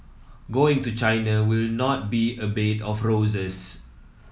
going to China will not be a bed of roses